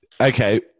Okay